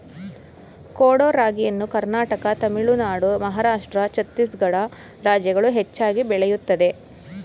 ಕೊಡೋ ರಾಗಿಯನ್ನು ಕರ್ನಾಟಕ ತಮಿಳುನಾಡು ಮಹಾರಾಷ್ಟ್ರ ಛತ್ತೀಸ್ಗಡ ರಾಜ್ಯಗಳು ಹೆಚ್ಚಾಗಿ ಬೆಳೆಯುತ್ತದೆ